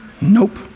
Nope